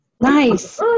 Nice